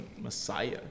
messiah